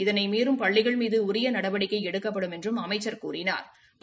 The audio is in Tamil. இதனை மீறும் பள்ளிகள் மீது உரிய நடவடிக்கை எடுக்கப்படும் என்றும் அமைச்சள் கூறினாள்